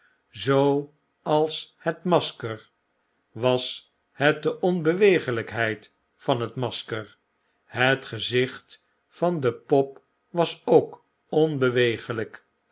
zp zooals het masker was net de onbeweeglpheid van het masker het gezicht van de pop was ook onbeweeglp